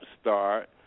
start